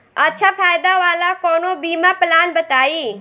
अच्छा फायदा वाला कवनो बीमा पलान बताईं?